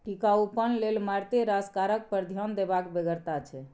टिकाउपन लेल मारिते रास कारक पर ध्यान देबाक बेगरता छै